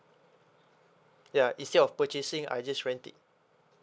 ya instead of purchasing I just rent it